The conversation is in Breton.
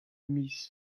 miz